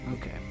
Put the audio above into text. Okay